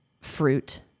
fruit